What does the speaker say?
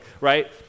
right